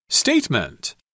Statement